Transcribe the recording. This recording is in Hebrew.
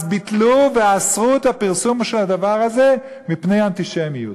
אז ביטלו ואסרו את הפרסום של הדבר הזה בגלל אנטישמיות.